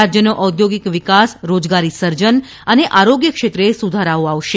રાજયનો ઔદ્યોગિક વિકાસ રોજગારી સર્જન અને આરોગ્યક્ષેત્રે સુધારાઓ આવશે